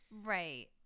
Right